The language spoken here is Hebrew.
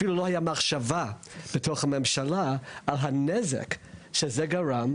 אפילו לא הייתה מחשבה בתוך הממשלה על הנזק שזה גרם